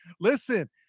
Listen